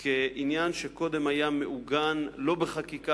כעניין שקודם היה מעוגן לא בחקיקה,